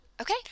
Okay